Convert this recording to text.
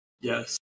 Yes